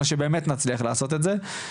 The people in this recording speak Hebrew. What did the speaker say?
אלא שבאמת נצליח לעשות את זה.